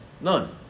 None